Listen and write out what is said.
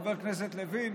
חבר הכנסת לוין,